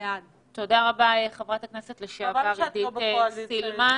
חבל שאת לא בקואליציה.